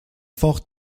fort